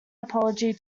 apology